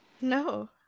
no